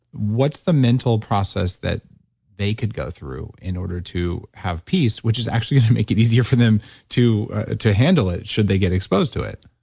what's the mental process that they could go through in order to have peace, which is actually going to make it easier for them to ah to handle it, should they get exposed to it?